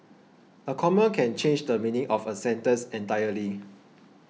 a comma can change the meaning of a sentence entirely